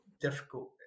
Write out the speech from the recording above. difficult